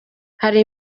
hari